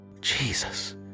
Jesus